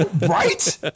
Right